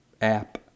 app